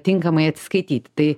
tinkamai atsiskaityt tai